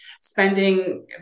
spending